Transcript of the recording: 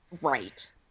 Right